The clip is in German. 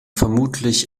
vermutlich